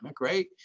right